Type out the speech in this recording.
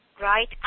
right